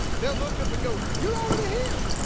they will look up and go, you're already here.